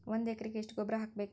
ಒಂದ್ ಎಕರೆಗೆ ಎಷ್ಟ ಗೊಬ್ಬರ ಹಾಕ್ಬೇಕ್?